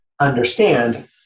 understand